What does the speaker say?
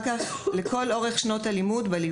כך מלווים אותם לכל אורך שנות הלימוד.